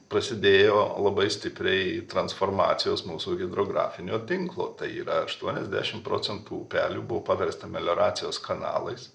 prasidėjo labai stipriai transformacijos mūsų hidrografinio tinklo tai yra aštuoniasdešim procentų upelių buvo paversta melioracijos kanalais